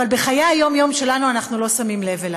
אבל בחיי היום-יום שלנו אנחנו לא שמים לב אליו.